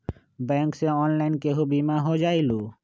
Bank से online केहु बिमा हो जाईलु?